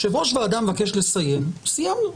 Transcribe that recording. אם יו"ר ועדה מבקש לסיים אז סיימנו.